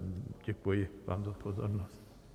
Děkuji vám za pozornost.